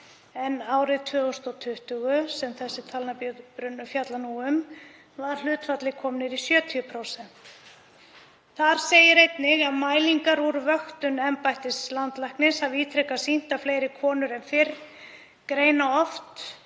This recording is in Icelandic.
en árið 2020, sem þessi talnabrunnur fjallar nú um, var hlutfallið komið niður í 70%. Þar segir einnig að mælingar úr vöktun embættis landlæknis hafi ítrekað sýnt að fleiri konur en fyrr greina oft